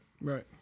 Right